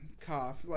cough